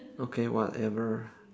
okay whatever